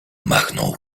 machnął